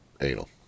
anal